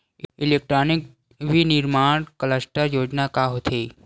Electronic विनीर्माण cluster योजना का होथे?